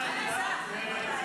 אני קורא לכן בקריאה ראשונה.